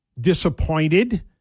disappointed